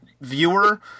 viewer